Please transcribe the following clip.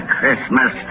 Christmas